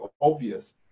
obvious